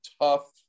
tough